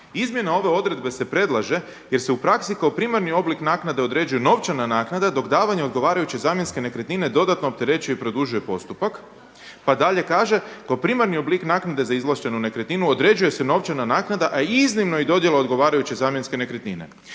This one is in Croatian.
„Izmjena ove odredbe se predlaže jer se u praksi kao primarni oblik naknade određuje novčana naknada dok davanje odgovarajuće zamjenske nekretnine dodatno opterećuje i produžuje postupak“. Pa dalje kaže: „Kao primarni oblik naknade za izvlaštenu nekretninu određuje se novčana naknada, a iznimno i dodjela odgovarajuće zamjenske nekretnine.“